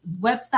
website